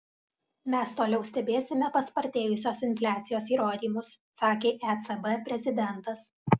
mes toliau stebėsime paspartėjusios infliacijos įrodymus sakė ecb prezidentas